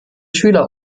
schüler